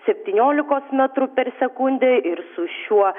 septyniolikos metrų per sekundę ir su šiuo